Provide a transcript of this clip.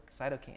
cytokine